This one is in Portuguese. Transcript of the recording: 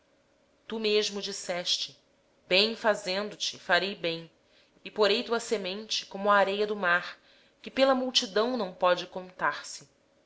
tu mesmo disseste certamente te farei bem e farei a tua descendência como a areia do mar que pela multidão não se pode contar